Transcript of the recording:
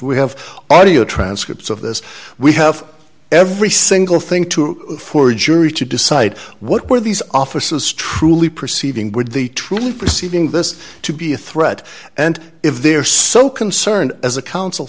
we have audio transcripts of this we have every single thing to do for a jury to decide what were these offices truly perceiving with the truth perceiving this to be a threat and if they're so concerned as a council